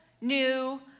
new